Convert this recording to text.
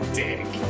dick